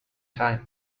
time